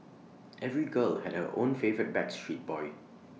every girl had her own favourite backstreet boy